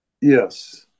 yes